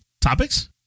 topics